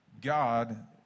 God